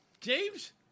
James